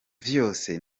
vyose